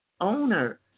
owner